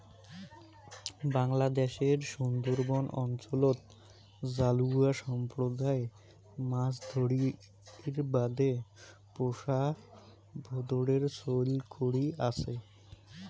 বাংলাদ্যাশের সুন্দরবন অঞ্চলত জালুয়া সম্প্রদায় মাছ ধরির বাদে পোষা ভোঁদরের চৈল করি আচে